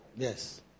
Yes